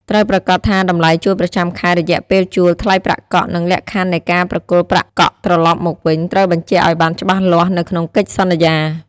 ត្រូវប្រាកដថាតម្លៃជួលប្រចាំខែ រយៈពេលជួល ថ្លៃប្រាក់កក់ និងលក្ខខណ្ឌនៃការប្រគល់ប្រាក់កក់ត្រឡប់មកវិញ ត្រូវបញ្ជាក់ឲ្យបានច្បាស់លាស់នៅក្នុងកិច្ចសន្យា។